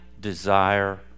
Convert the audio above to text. desire